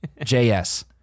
JS